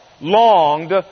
longed